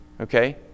okay